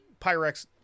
Pyrex